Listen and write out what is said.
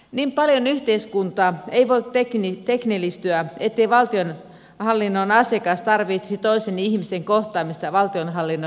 niin paljon yhteiskunta ei voi teknillistyä ettei valtionhallinnon asiakas tarvitsisi toisen ihmisen kohtaamista valtionhallinnon edustajana